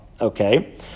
Okay